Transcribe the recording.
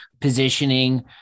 positioning